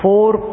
Four